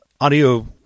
audio